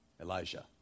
Elijah